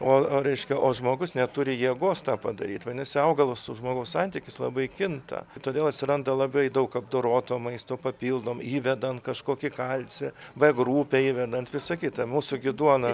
o o reiškia o žmogus neturi jėgos tą padaryt vadinasi augalo su žmogaus santykis labai kinta todėl atsiranda labai daug apdoroto maisto papildom įvedant kažkokį kalcį b grupę įvedant visa kita mūsų gi duona